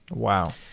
wow.